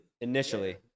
Initially